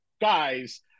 guys